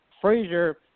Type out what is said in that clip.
Frazier